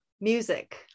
Music